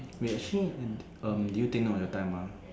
wait actually and um did you take note of the time ah